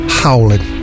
howling